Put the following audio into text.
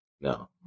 No